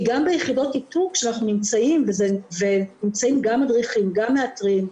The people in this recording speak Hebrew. כי ביחידות איתור נמצאים גם מדריכים, גם מאתרים,